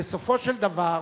בסופו של דבר